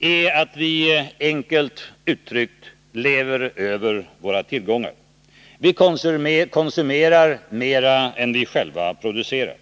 är att vi enkelt uttryckt lever över våra tillgångar. Vi konsumerar mer än vi själva producerar.